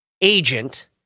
agent